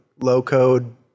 low-code